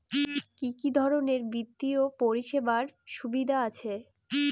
কি কি ধরনের বিত্তীয় পরিষেবার সুবিধা আছে?